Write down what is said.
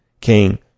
king